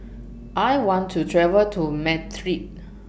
I want to travel to Madrid